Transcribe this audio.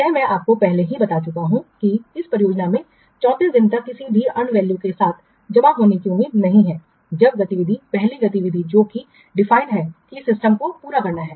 यह मैं आपको पहले ही बता चुका हूं कि इस परियोजना के 34 दिन तक किसी भी earned value के साथ जमा होने की उम्मीद नहीं है जब गतिविधि पहली गतिविधि जो कि defined है कि सिस्टम को पूरा करना है